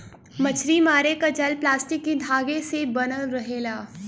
मछरी मारे क जाल प्लास्टिक के धागा से बनल रहेला